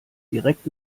direkt